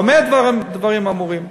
במה דברים אמורים?